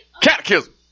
Catechism